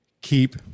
keep